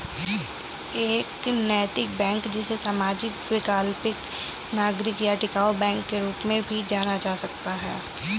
एक नैतिक बैंक जिसे सामाजिक वैकल्पिक नागरिक या टिकाऊ बैंक के रूप में भी जाना जाता है